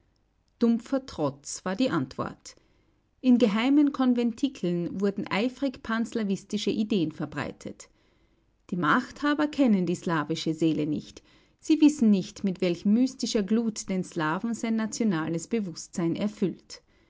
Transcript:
dumpfer trotz war die antwort in geheimen konventikeln wurden eifrig panslawistische ideen verbreitet die machthaber kennen die slawische seele nicht sie wissen nicht mit welch mystischer glut den slawen sein nationales bewußtsein erfüllt